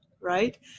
right